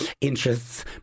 interests